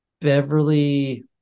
beverly